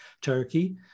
Turkey